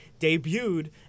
debuted